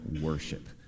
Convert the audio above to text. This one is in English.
worship